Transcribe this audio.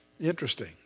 Interesting